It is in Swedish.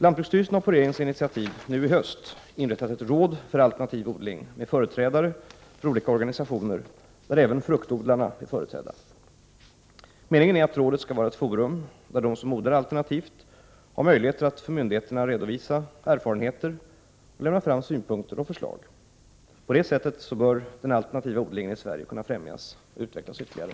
Lantbruksstyrelsen har på regeringens initiativ nu i höst inrättat ett råd för alternativ odling med företrädare för olika organisationer där även fruktodlarna är företrädda. Meningen är att rådet skall vara ett forum där de som odlar alternativt har möjligheter att för myndigheterna redovisa erfarenheter och lägga fram synpunkter och förslag. På detta sätt bör den alternativa odlingen i Sverige kunna främjas och utvecklas ytterligare.